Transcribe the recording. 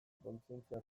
kontzientzia